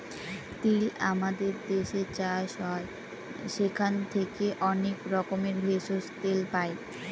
তিল আমাদের দেশে চাষ হয় সেখান থেকে অনেক রকমের ভেষজ, তেল পাই